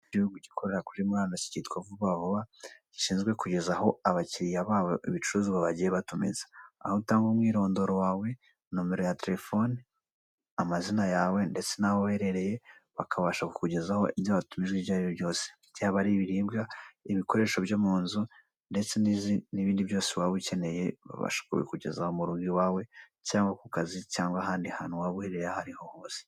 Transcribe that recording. Igihugu gikorera kuri murandasi kitwa Vuba Vuba gishinzwe kugezaho abakiriya babo ibicuruzwa bagiye batumiza .Aho utanga umwirondoro wawe, nimero ya terefone, amazina yawe ndetse naho uherereye bakabasha ku kugezaho ibyo watumije ibyaribyo byose yaba ari ibiribwa, ibikoresho byo munzu ndetse n'ibindi byose waba ukeneye babasha kubikugezaho murugo iwawe cyangwa ku kazi cyangwa ahandi hantu waba uri hose.